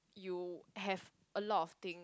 you have a lot of things